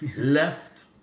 left